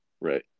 Right